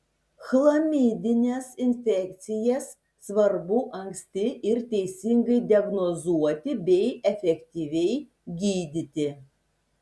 chlamidines infekcijas svarbu anksti ir teisingai diagnozuoti bei efektyviai gydyti